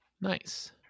Nice